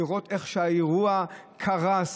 לראות איך שהאירוע קרס,